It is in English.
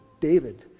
David